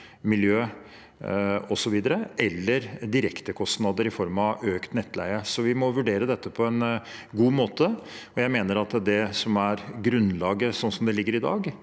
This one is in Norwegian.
miljø osv. eller direktekostnader i form av økt nettleie. Så vi må vurdere dette på en god måte. Jeg mener at det som er grunnlaget sånn som det foreligger i dag,